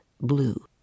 blue